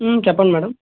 చెప్పండి మేడం